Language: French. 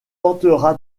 tentera